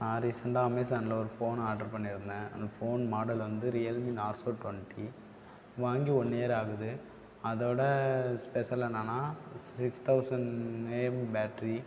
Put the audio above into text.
நான் ரீசெண்ட்டாக அமேசானில் ஒரு ஃபோன் ஆர்டரு பண்ணியிருந்தேன் அந்த ஃபோன் மாடல் வந்து ரியல்மி நார்ஸோ டுவெண்டி வாங்கி ஒன் இயர் ஆகுது அதோடய ஸ்பெஷல் என்னென்னா சிக்ஸ் தௌசண்ட் ஏஎம் பேட்டரி